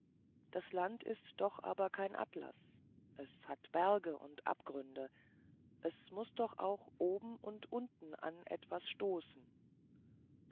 ein land ist doch aber kein atlas es hat berge und abgründe es muß doch auch oben und unten an etwas stoßen